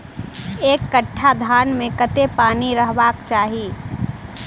एक कट्ठा धान मे कत्ते पानि रहबाक चाहि?